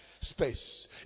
Space